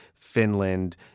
Finland